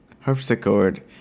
harpsichord